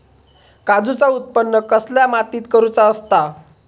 काजूचा उत्त्पन कसल्या मातीत करुचा असता?